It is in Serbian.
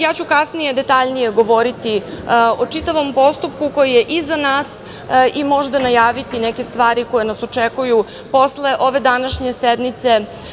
Ja ću kasnije detaljnije govoriti o čitavom postupku koji je iza nas i možda najaviti neke stvari koje nas očekuju posle ove današnje sednice.